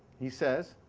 he says,